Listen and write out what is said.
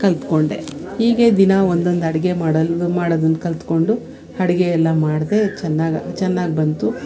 ಕಲಿತ್ಕೊಂಡೆ ಹೀಗೆ ದಿನ ಒಂದೊಂದು ಅಡುಗೆ ಮಾಡಲು ಮಾಡೋದನ್ನು ಕಲಿತ್ಕೊಂಡು ಅಡಿಗೆ ಎಲ್ಲ ಮಾಡಿದೆ ಚೆನ್ನಾಗ ಚೆನ್ನಾಗ್ ಬಂತು